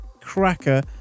cracker